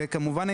וכמובן,